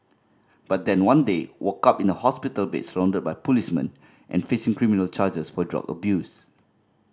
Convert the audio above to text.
but then one day woke up in a hospital bed surrounded by policemen and facing criminal charges for drug abuse